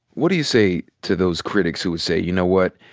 what do you say to those critics who would say, you know what,